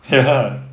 ya